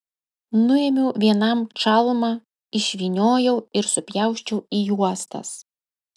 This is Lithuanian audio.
nuėmiau vienam čalmą išvyniojau ir supjausčiau į juostas